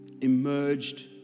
emerged